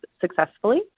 successfully